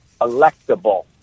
electable